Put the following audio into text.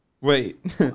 Wait